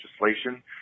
legislation